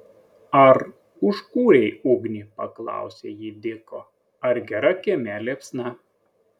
ar užkūrei ugnį paklausė ji diko ar gera kieme liepsna